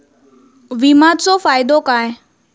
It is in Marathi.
विमाचो फायदो काय?